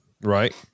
Right